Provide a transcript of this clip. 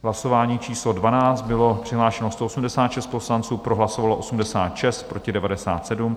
V hlasování číslo 12 bylo přihlášeno 186 poslanců, pro hlasovalo 86, proti 97.